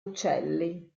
uccelli